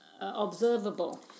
observable